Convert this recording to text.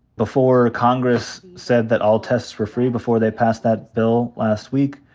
before congress said that all tests were free, before they passed that bill last week,